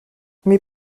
mes